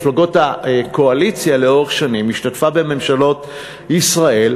מפלגות הקואליציה בבית הזה לאורך שנים והשתתפה בממשלות ישראל,